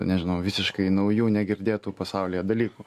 nežinau visiškai naujų negirdėtų pasaulyje dalykų